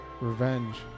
revenge